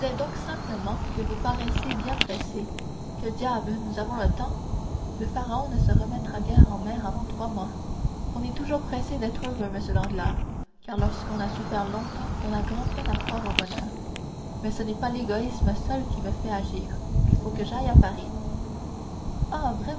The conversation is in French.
simplement que vous paraissiez bien pressé que diable nous avons le temps le pharaon ne se remettra guère en mer avant trois mois on est toujours pressé d'être heureux monsieur danglars car lorsqu'on a souffert longtemps on a grand-peine à croire au bonheur mais ce n'est pas l'égoïsme seul qui me fait agir il faut que j'aille à paris